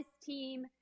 team